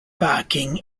barking